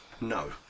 No